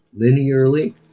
linearly